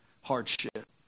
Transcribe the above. hardship